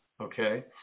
Okay